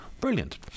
brilliant